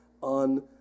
on